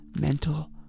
mental